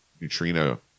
neutrino